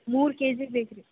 ಮೂರು K G ಬೇಕು ರೀ